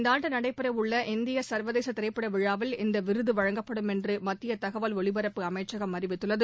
இந்த ஆண்டு நடைபெற உள்ள இந்தியா சங்வதேச திரைப்பட விழாவில் இந்த விருது வழங்கப்படும் என்று மத்திய தகவல் ஒலிபரப்பு அமைச்சகம் அறிவித்துள்ளது